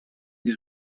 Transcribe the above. der